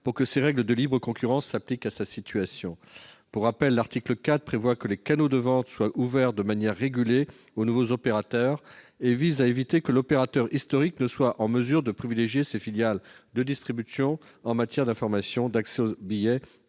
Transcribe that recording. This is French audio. pour que ces règles de libre concurrence s'appliquent à sa situation. Pour rappel, l'article 4 prévoit que les canaux de vente sont ouverts de manière régulée aux nouveaux opérateurs et vise à éviter que l'opérateur historique ne soit en mesure de privilégier ses filiales de distribution en matière d'information, d'accès aux billets